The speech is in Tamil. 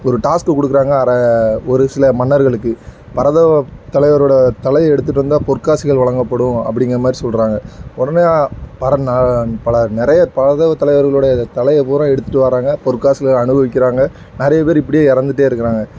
ஒரு டாஸ்க்கு கொடுக்குறாங்க அர ஒரு சில மன்னர்களுக்கு பரதவ தலைவரோடய தலையை எடுத்துகிட்டு வந்தால் பொற்காசுகள் வழங்கப்படும் அப்படிங்கற மாதிரி சொல்கிறாங்க உடனே பர பல நிறைய பரதவ தலைவர்களோடய தலையை பூரா எடுத்துகிட்டு வாராங்க பொற்காசுகளை அனுபவிக்கிறாங்க நிறைய பேர் இப்படியே இறந்துட்டே இருக்கிறாங்க